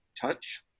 touch